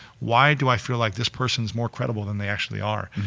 why do i feel like this person is more credible than they actually are?